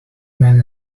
man